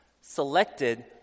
selected